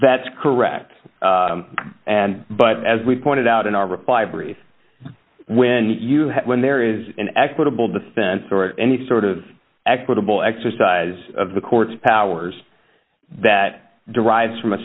that's correct and but as we pointed out in our reply brief when you when there is an equitable defense or any sort of equitable exercise of the court's powers that derives from a